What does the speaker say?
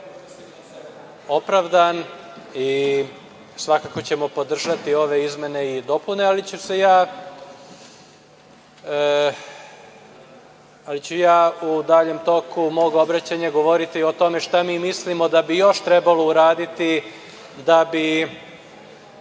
opravdan i svakako ćemo podržati ove izmene i dopune, ali ću ja u daljem toku mog obraćanja govoriti o tome šta mi mislimo da bi još trebalo uraditi da bi